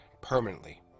permanently